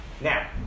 Now